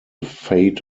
fate